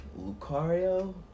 Lucario